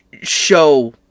show